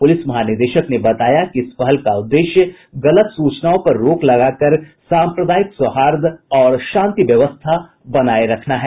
प्रलिस महानिदेशक ने बताया कि इस पहल का उद्देश्य गलत सूचनाओं पर रोक लगाकर साम्प्रदायिक सौहार्द और शांति व्यवस्था बनाये रखना है